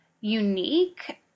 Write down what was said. unique